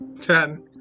Ten